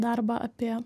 darbą apie